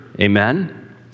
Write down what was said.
amen